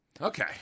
Okay